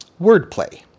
wordplay